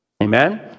Amen